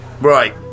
Right